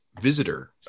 visitor